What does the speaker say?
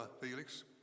Felix